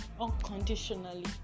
unconditionally